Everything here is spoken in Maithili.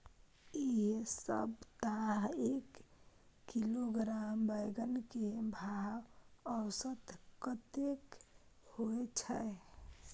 ऐ सप्ताह एक किलोग्राम बैंगन के भाव औसत कतेक होय छै?